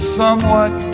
somewhat